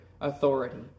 authority